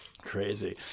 Crazy